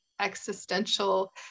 existential